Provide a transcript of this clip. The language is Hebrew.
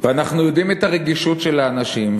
ואנחנו יודעים את הרגישות של האנשים,